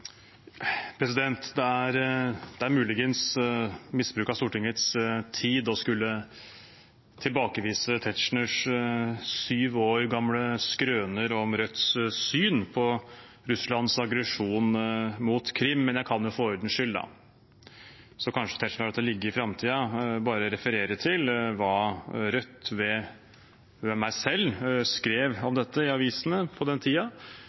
fremme denne saken. Det er muligens misbruk av Stortingets tid å skulle tilbakevise representanten Tetzschners syv år gamle skrøner om Rødts syn på Russlands aggresjon mot Krim, men jeg kan jo for ordens skyld – så kanskje Tetzschner lar det ligge i framtiden – bare referere til hva Rødt ved meg selv skrev om dette i avisene på den